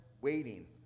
waiting